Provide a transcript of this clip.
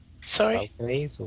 Sorry